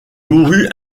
mourut